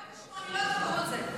108 מיליון, אני לא אחזור על זה.